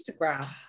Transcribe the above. Instagram